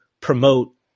promote